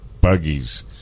buggies